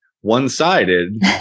one-sided